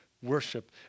worship